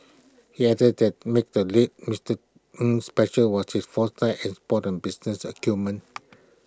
he added that made the late Mister Ng special was his foresight and spoton business acumen